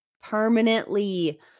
permanently